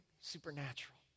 supernatural